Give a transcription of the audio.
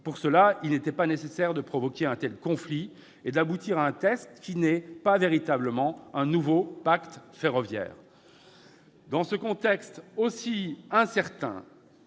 Pour ce faire, il n'était pas nécessaire de provoquer un tel conflit et d'aboutir à un texte qui n'est pas véritablement le nouveau pacte ferroviaire annoncé. Dans ce contexte aussi incertain,